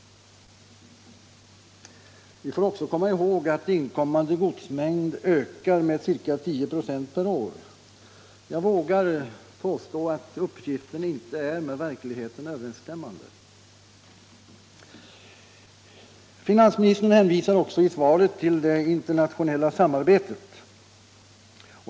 Vi får också komma ihåg att inkommande godsmängd ökar med ca 10 per år. Jag vågar påstå att uppgiften som finansministern lämnade inte är med verkligheten överensstämmande. Finansministern hänvisar också i svaret till det internationella samarbetet.